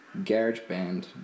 GarageBand